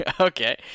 Okay